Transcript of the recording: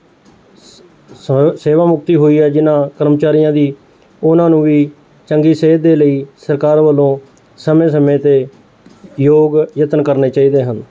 ਸ ਸ ਸੇਵਾ ਮੁਕਤੀ ਹੋਈ ਹੈ ਜਿਨ੍ਹਾਂ ਕਰਮਚਾਰੀਆਂ ਦੀ ਉਹਨਾਂ ਨੂੰ ਵੀ ਚੰਗੀ ਸੇਧ ਦੇ ਲਈ ਸਰਕਾਰ ਵੱਲੋਂ ਸਮੇਂ ਸਮੇਂ ਤੇ ਯੋਗ ਯਤਨ ਕਰਨੇ ਚਾਹੀਦੇ ਹਨ